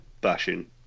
bashing